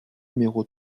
numéro